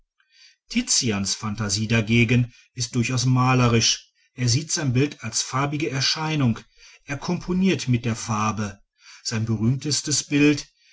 tizians phantasie dagegen ist durchaus malerisch er sieht sein bild als farbige erscheinung er komponiert mit der farbe sein berühmtestes bild